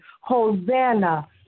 Hosanna